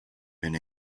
been